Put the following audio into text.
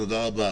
תודה.